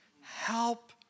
Help